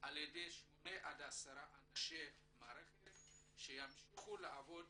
על ידי שמונה עד עשרה אנשי מערכת שימשיכו לעבוד